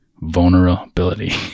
vulnerability